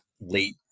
late